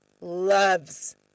loves